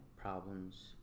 problems